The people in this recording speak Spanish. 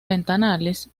ventanales